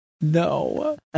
No